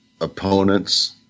opponents